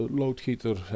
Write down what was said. loodgieter